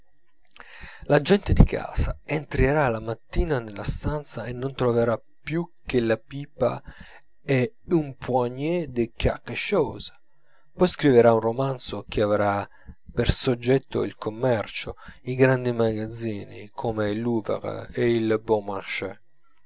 la gente di casa entrerà la mattina nella stanza e non troverà più che la pipa e une poignée de quelque chose poi scriverà un romanzo che avrà per soggetto il commercio i grandi magazzini come il louvre e il bon marché